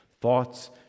thoughts